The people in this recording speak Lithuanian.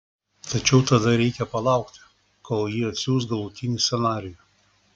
tačiau tada reikia palaukti kol ji atsiųs galutinį scenarijų